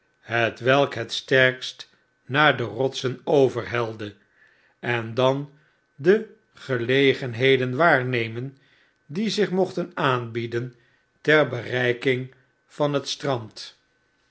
hetwelk het sterkst naar de rotsen overhelde en dan de gelegenheden waarnemen die zich mochten aanbieden ter bereiking van het strand